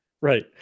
Right